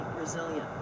resilient